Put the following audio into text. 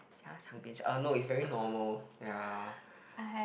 uh no it's very normal ya